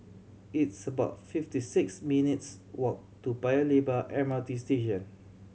it's about fifty six minutes' walk to Paya Lebar M R T Station